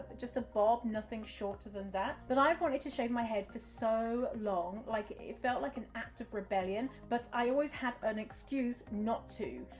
just a bob, nothing shorter than that. but i've wanted to shave my head for so long, like, it felt like an act of rebellion, but i always had an excuse not to.